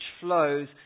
flows